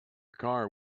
car